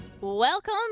Welcome